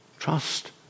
Trust